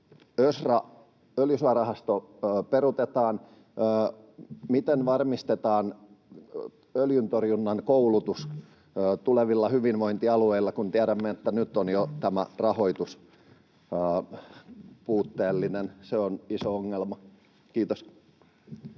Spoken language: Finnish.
ÖSRA, Öljysuojarahasto, peruutetaan — miten varmistetaan öljyntorjunnan koulutus tulevilla hyvinvointialueilla, kun tiedämme, että jo nyt tämä rahoitus on puutteellinen? Se on iso ongelma. — Kiitos.